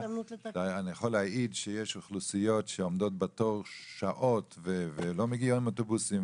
אני יכול להעיד שיש אוכלוסיות שעומדות שעות בתור ולא מגיעים אוטובוסים,